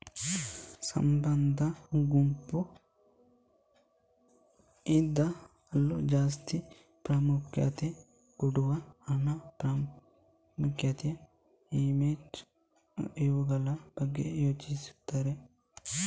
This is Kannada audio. ಸಂಬಂಧ, ಗುಂಪು ಇದ್ಕೆಲ್ಲ ಜಾಸ್ತಿ ಪ್ರಾಮುಖ್ಯತೆ ಕೊಡದೆ ಹಣ, ಪ್ರಖ್ಯಾತಿ, ಇಮೇಜ್ ಇವುಗಳ ಬಗ್ಗೆ ಯೋಚಿಸ್ತಾರೆ